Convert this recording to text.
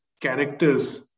characters